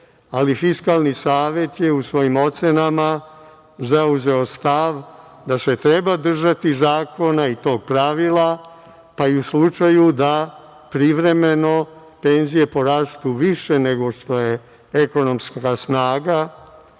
ali Fiskalni savet je u svojim ocenama zauzeo stav da se treba držati zakona i tog pravila pa i u slučaju da privremeno penzije porastu više nego što je ekonomska snaga,